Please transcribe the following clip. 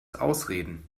ausreden